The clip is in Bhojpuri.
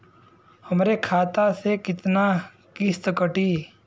हमरे खाता से कितना किस्त कटी?